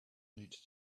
needs